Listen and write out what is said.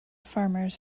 farmers